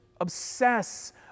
obsess